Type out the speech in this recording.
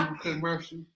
commercial